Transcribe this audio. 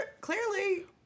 clearly